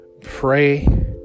pray